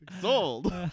Sold